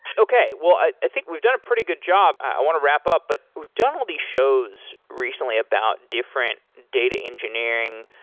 okay. i think we've done a pretty good job. i want to wrap up, but we've done all these shows recently about different data engineering,